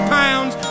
pounds